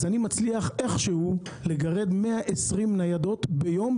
אני מצליח איכשהו לגרד 120 ניידות ביום,